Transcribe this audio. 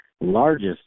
largest